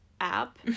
app